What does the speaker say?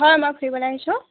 হয় মই ফুৰিবলৈ আহিছোঁ